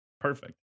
perfect